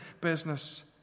business